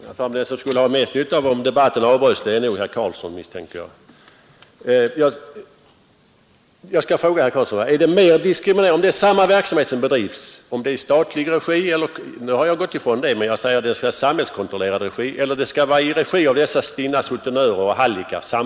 Herr talman! Den som skulle ha mest nytta av att debatten avbröts är nog herr Karlss att denna verksamhet bedrivs i samhällskontrollerad regi än i regi av dessa stinna och samvetslösa sutenörer och hallickar?